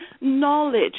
knowledge